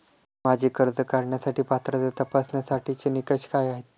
माझी कर्ज काढण्यासाठी पात्रता तपासण्यासाठीचे निकष काय आहेत?